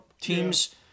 teams